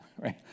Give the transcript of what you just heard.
right